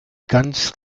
ganz